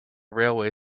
railway